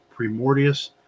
Primordius